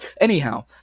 Anyhow